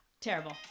terrible